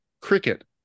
cricket